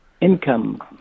income